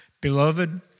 Beloved